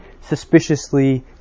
suspiciously